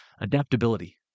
adaptability